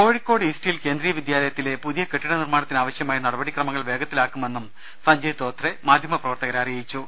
Kozhikode East Hill കേന്ദ്രീയ വിദ്യാലയത്തിലെ പുതിയ കെട്ടിട നിർമ്മാണത്തിനാവശ്യമായ നടപടി ക്രമങ്ങൾ വേഗത്തിലാക്കുമെന്ന് സഞ്ജയ് ധോത്രെ മാധ്യമ പ്രവർത്തകരോട് പറഞ്ഞു